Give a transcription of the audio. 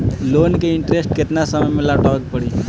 Loan के interest केतना समय में लौटावे के पड़ी?